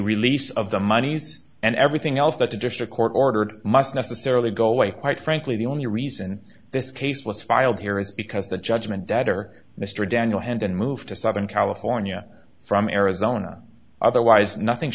release of the monies and everything else that the district court ordered must necessarily go away quite frankly the only reason this case was filed here is because the judgment debtor mr daniel had been moved to southern california from arizona otherwise nothing